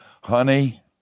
honey